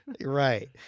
Right